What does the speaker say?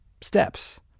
steps